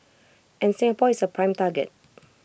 and Singapore is A prime target